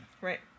Right